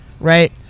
right